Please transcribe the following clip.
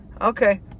Okay